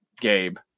Gabe